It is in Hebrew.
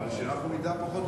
אז אולי כדאי שנדע.